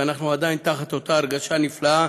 ואנחנו עדיין תחת אותה הרגשה נפלאה